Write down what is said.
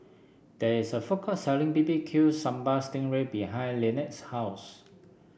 there is a food court selling B B Q Sambal Sting Ray behind Lynnette's house